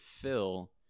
fill